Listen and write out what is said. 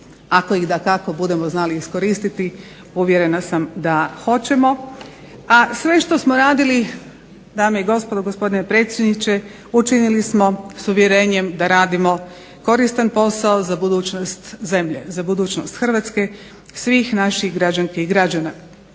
ako ih dakako budemo znali iskoristiti, uvjerena sam da hoćemo. A sve što smo radili dame i gospodo, gospodine predsjedniče, učinili smo s uvjerenjem da radimo koristan posao za budućnost zemlje, za budućnost Hrvatske, svih naših građanki i građana,